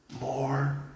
more